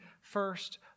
first